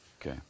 Okay